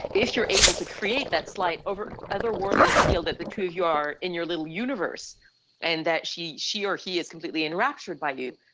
if you're able to create that slide over other worldly feel that the two of you are in your little universe and that she she or he is completely enraptured by you,